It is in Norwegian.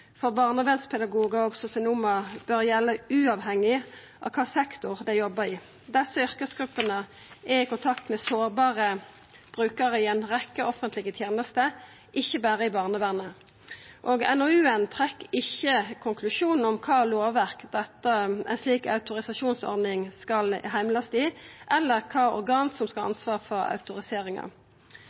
for barnevernspedagogar og sosionomar bør gjelda uavhengig av kva sektor dei jobbar i. Desse yrkesgruppene er i kontakt med sårbare brukarar i ei rekkje offentlege tenester, ikkje berre i barnevernet. NOU-en trekkjer ikkje ein konklusjon om kva lovverk ei slik autorisasjonsordning skal heimlast i, eller kva organ som skal ha ansvar for autoriseringa.